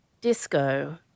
Disco